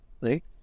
Right